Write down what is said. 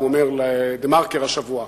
הוא אומר ל"דה-מרקר" השבוע,